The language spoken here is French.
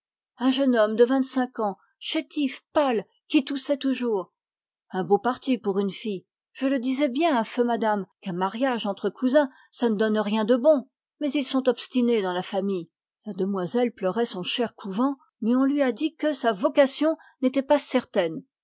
un jeune homme de vingt-cinq ans chétif pâle qui toussait toujours un beau parti pour une fille je le disais bien à feu madame qu'un mariage entre cousins ça ne donne rien de bon mais ils sont obstinés dans la famille la demoiselle pleurait son cher couvent mais on lui a dit que sa vocation n'était pas certaine